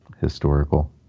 historical